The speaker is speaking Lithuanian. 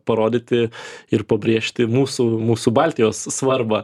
parodyti ir pabrėžti mūsų mūsų baltijos svarbą